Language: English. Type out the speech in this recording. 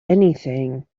anything